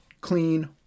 clean